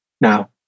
Now